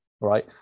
right